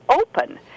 open